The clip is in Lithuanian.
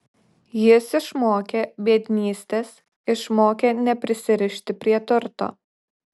jis išmokė biednystės išmokė neprisirišti prie turto